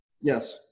Yes